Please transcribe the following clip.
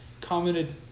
commented